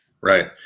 right